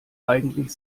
eigentlich